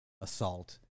assault